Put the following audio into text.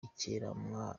ikiremwamuntu